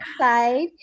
side